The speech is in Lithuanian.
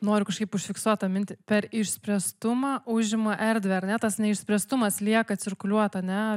noriu kažkaip užfiksuota tą mintį per išspręstumą užima erdvę ar ne tas neišspręstumas lieka cirkuliuot ane